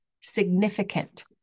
significant